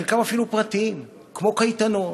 שחלקם אפילו פרטיים, כמו קייטנות,